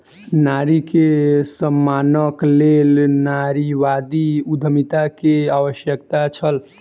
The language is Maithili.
नारी के सम्मानक लेल नारीवादी उद्यमिता के आवश्यकता छल